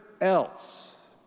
else